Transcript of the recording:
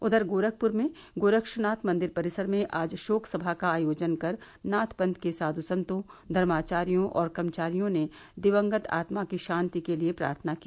उधर गोरखपुर में गोरक्षनाथ मंदिर परिसर में आज शोक सभा का आयोजन कर नाथ पंथ के साधु संतों धर्माचार्यो और कर्मचारियों ने दिवंगत आत्मा की शान्ति के लिए प्रार्थना की